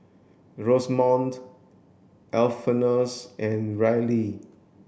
Rosamond Alphonsus and Reilly